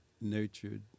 nurtured